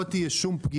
לא תהיה שום פגיעה.